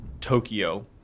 tokyo